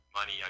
money